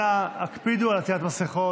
אנא הקפידו על עטיית מסכות.